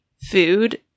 food